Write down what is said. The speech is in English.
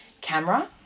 camera